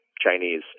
Chinese